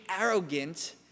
arrogant